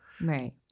Right